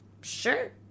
sure